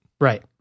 Right